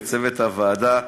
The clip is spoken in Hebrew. וצוות הוועדה: